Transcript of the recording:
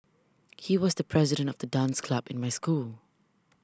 he was the president of the dance club in my school